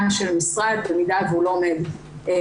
של המשרד במידה והוא לא עומד ביעדים.